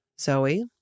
Zoe